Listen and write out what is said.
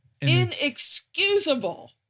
Inexcusable